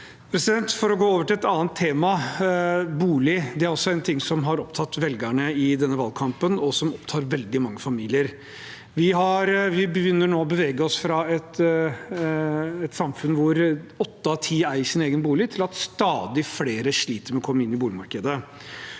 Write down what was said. For å gå over til et annet tema – bolig: Det er også en ting som har opptatt velgerne i denne valgkampen, og som opptar veldig mange familier. Vi begynner nå å bevege oss fra et samfunn hvor åtte av ti eier sin egen bolig, til at stadig flere sliter med å komme inn på boligmarkedet.